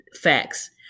facts